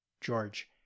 George